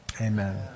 Amen